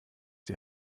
die